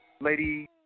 lady